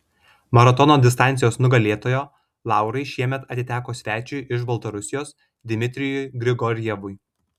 maratono distancijos nugalėtojo laurai šiemet atiteko svečiui iš baltarusijos dmitrijui grigorjevui